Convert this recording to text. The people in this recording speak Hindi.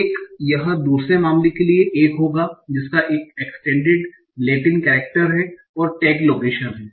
एक यह दूसरे मामले के लिए एक होगा जिसमें इसका एक एक्स्टेंडेड लैटिन केरेकटेर है और टैग लोकेशन है